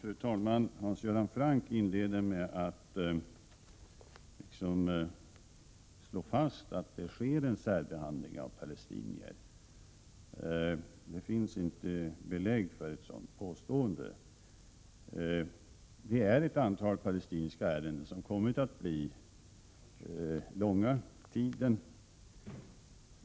Fru talman! Hans Göran Franck inleder med att slå fast att det sker en särbehandling av palestinierna, men det finns inget belägg för ett sådant påstående. Det finns ett antal palestinska ärenden som har kommit att dra ut på tiden.